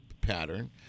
pattern